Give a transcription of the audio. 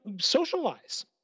socialize